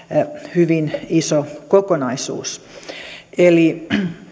hyvin iso kokonaisuus eli